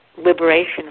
liberation